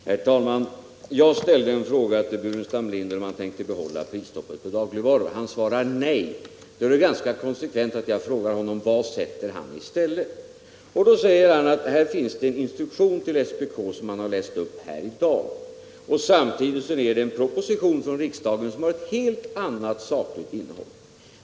Herr talman! Jag ställde en fråga till Staffan Burenstam Linder, om han tänker behålla prisstoppet på dagligvaror. Staffan Burenstam Linder svarar nej. Då är det ganska konsekvent att jag frågar handelsministern: Vad sätter han i stället? Handelsministern svarar att det finns en instruktion till SPK, och han har läst upp den här i dag. Samtidigt är en proposition framlagd för riksdagen, som har ett helt annat sakligt innehåll.